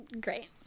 great